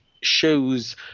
shows